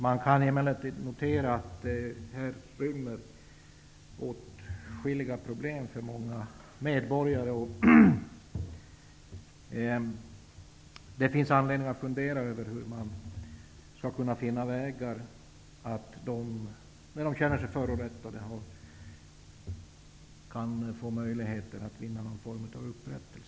Man kan emellertid notera att många medborgare har åtskilliga problem. Det finns anledning att fundera över hur man skall finna vägar för medborgare som känner sig förorättade att vinna någon form av upprättelse.